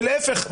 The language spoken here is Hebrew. ולהפך,